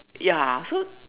ya so